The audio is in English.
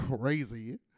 crazy